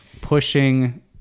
pushing